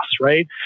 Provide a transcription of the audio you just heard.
right